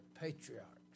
patriarchs